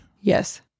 Yes